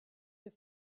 your